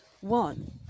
One